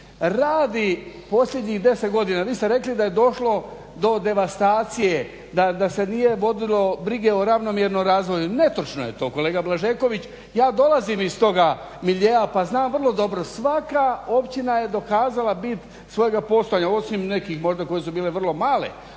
radi posljednjih 10 godina, vi ste rekli da je došlo do devastacije, da se nije vodilo brige o ravnomjernom razvoju. Netočno je to kolega Blažeković. Ja dolazim iz toga miljea pa znam vrlo dobro, svaka općina je dokazala bit svojega postojanja, osim nekih možda koje su bile vrlo male,